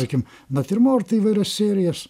tarkim natiurmortai įvairios serijos